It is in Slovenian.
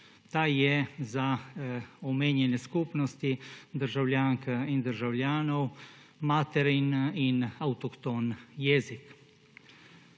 Ta je za omenjene skupnosti državljank in državljanov materin in avtohton jezik.